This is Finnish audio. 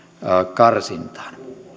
karsintaan